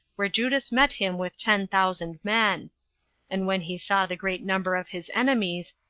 where judas met him with ten thousand men and when he saw the great number of his enemies,